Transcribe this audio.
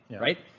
right